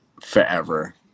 forever